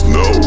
no